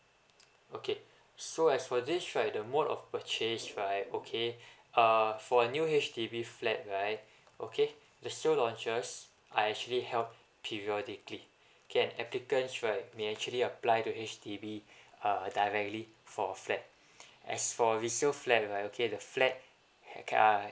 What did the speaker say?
okay so as for this right the mode of purchase right okay uh for a new H_D_B flat right okay they still launches I actually helped periodically okay applicants right may actually apply to H_D_B uh directly for a flat as for resale flat right okay the flat ha~ uh